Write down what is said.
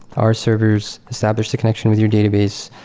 our servers establish the connection with your database.